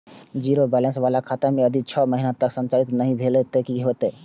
Zero balance बाला खाता में यदि छः महीना तक संचालित नहीं भेल ते कि होयत?